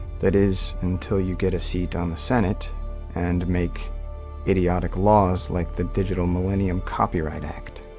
that is, until you get a seat on the senate and make idiotic laws like the digital millennium copyright act.